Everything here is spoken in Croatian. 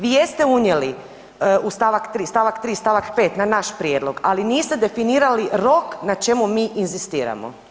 Vi jeste unijeli u st. 3. st. 5. na naš prijedlog, ali niste definirali rok na čemu mi inzistiramo.